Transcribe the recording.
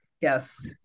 Yes